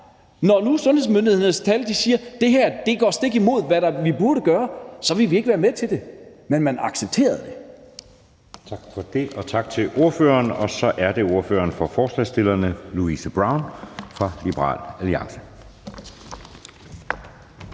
når nu sundhedsmyndighedernes tal siger, at det her går stik imod, hvad vi burde gøre, så vil vi ikke være med til det. Men man accepterede det. Kl. 16:35 Anden næstformand (Jeppe Søe): Tak for det. Tak til ordføreren. Så er det ordføreren for forslagsstillerne, Louise Brown fra Liberal Alliance.